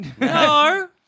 no